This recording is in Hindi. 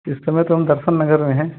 इस समय तो हम दर्शन नगर में हैं